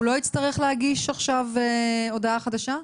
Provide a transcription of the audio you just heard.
הוא לא יצטרך להגיש עכשיו הודעה חדשה?